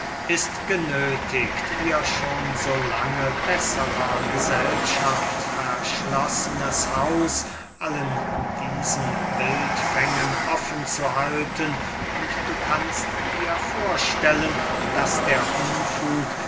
ist genöthigt ihr schon so lange besserer gesellschaft verschlossenes haus allen diesen wildfängen offen zu halten und du kannst dir vorstellen daß der unfug